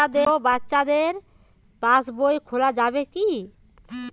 ছোট বাচ্চাদের পাশবই খোলা যাবে কি?